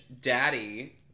Daddy